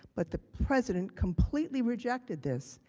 but the president completely rejected this.